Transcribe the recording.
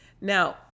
Now